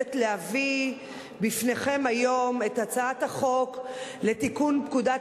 מתכבדת להביא לפניכם היום את הצעת החוק לתיקון פקודת